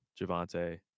javante